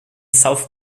south